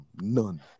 None